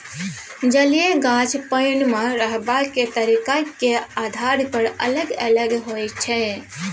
जलीय गाछ पानि मे रहबाक तरीकाक आधार पर अलग अलग होइ छै